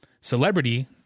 Celebrity